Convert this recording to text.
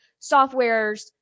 softwares